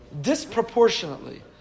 disproportionately